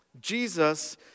Jesus